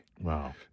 wow